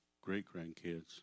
great-grandkids